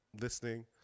listening